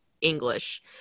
English